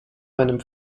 meinem